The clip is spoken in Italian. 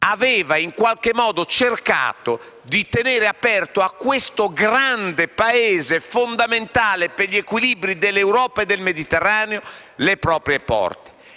avevano in qualche modo cercato di tenere aperto a questo grande Paese, fondamentale per gli equilibri dell'Europa e del Mediterraneo, le proprie porte.